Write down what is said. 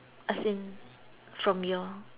as in from your